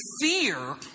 fear